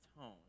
tone